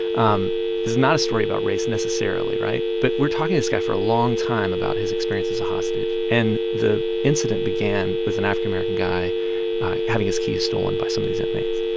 um this is not a story about race necessarily, right? but we're talking to this guy for a long time about his experience as a hostage. and the incident began with an african american guy having his keys stolen by some of these inmates,